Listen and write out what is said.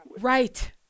Right